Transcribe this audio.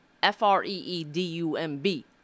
F-R-E-E-D-U-M-B